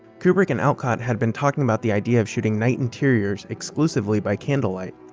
kubrick and alcott had been talking about the idea of shooting night interiors exclusively by candlelight.